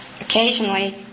Occasionally